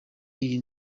iyi